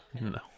no